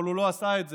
אבל הוא לא עשה את זה.